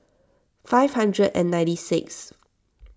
five hundred and ninety sixth